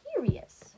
curious